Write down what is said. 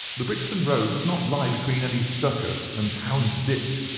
the brixton road does not lie between any circus and houndsditch,